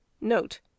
Note